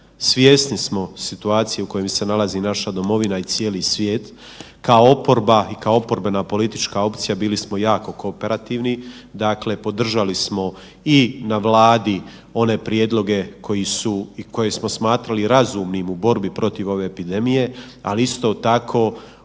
Svjesni smo situacije u kojoj se nalazi naša domovina i cijeli svijet, kao oporba i kao oporbena politička opcija bili smo jako kooperativni, podržali smo i na Vladi one prijedloge koje smo smatrali razumnim u borbi protiv ove epidemije, ali isto tako